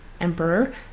emperor